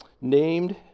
named